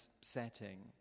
setting